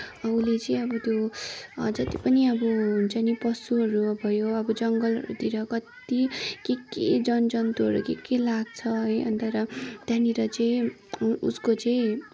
उसले चाहिँ अब त्यो जति पनि अब त्यो हुन्छ नि पशुहरू भयो अब जङ्गलतिर कति के के जन जन्तुहरू के के लाग्छ है अनि त्यहाँबाट त्यहाँनिर चाहिँ उसको चाहिँ